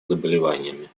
заболеваниями